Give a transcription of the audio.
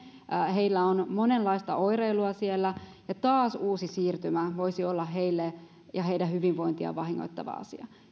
heillä on monenlaista oireilua siellä ja taas uusi siirtymä voisi olla heille heidän hyvinvointiaan vahingoittava asia